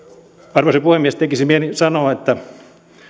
arvoisa puhemies tekisi mieli sanoa että